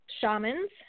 shamans